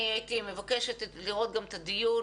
אני הייתי מבקשת לראות גם את הדיון,